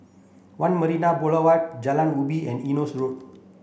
One Marina Boulevard Jalan Ubi and Eunos Road